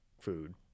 food